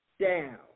down